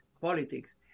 politics